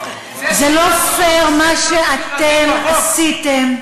זה לא פייר מה שאתם עשיתם,